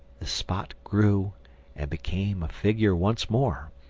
the spot grew and became a figure once more.